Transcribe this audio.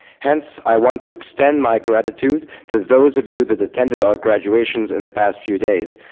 hence, i want to extend my gratitude to those of you that attended our graduations in the past few days.